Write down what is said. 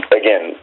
again